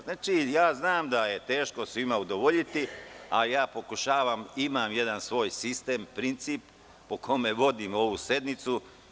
Znači, ja znam da je teško svima udovoljiti, ali imam jedan svoj sistem, princip po kome vodim ovu sednicu.